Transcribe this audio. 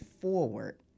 forward